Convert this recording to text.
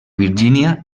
virgínia